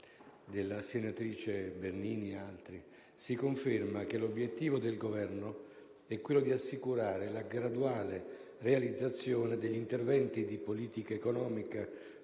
della senatrice Bernini e altri, si conferma che l'obiettivo del Governo è quello di assicurare la graduale realizzazione degli interventi di politica economica